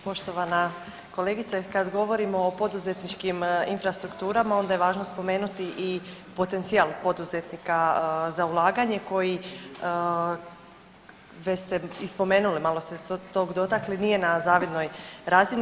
Poštovana kolegice, kad govorimo o poduzetničkim infrastrukturama onda je važno spomenuti i potencijal poduzetnika za ulaganje koji već ste i spomenuli, malo ste se tog dotakli nije na zavidnoj razini.